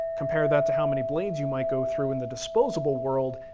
compare that to how many blades you might go through in the disposable world,